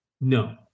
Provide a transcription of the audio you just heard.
No